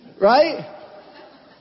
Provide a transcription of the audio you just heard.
Right